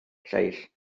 lleill